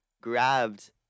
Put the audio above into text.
grabbed